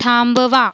थांबवा